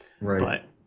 Right